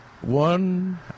one